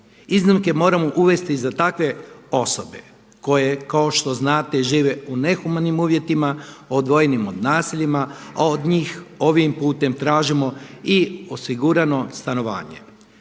Iznimke moramo uvesti za takve osobe koje kao što znate žive u nehumanim uvjetima, odvojenim naseljima, a od njih ovim putem tražimo i osigurano stanovanje.